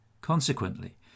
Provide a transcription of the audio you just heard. Consequently